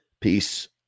Peace